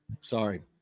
Sorry